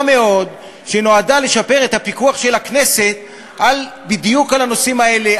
מאוד שנועדה לשפר את הפיקוח של הכנסת בדיוק על הנושאים האלה,